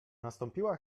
nastąpiła